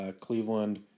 Cleveland